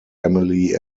emily